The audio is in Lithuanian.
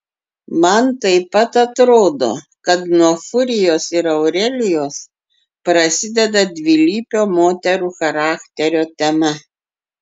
man taip pat atrodo kad nuo furijos ir aurelijos prasideda dvilypio moterų charakterio tema